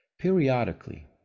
Periodically